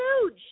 huge